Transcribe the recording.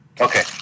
Okay